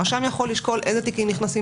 הרשם יכול לשקול אילו תיקים נכנסים